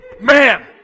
Man